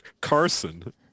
Carson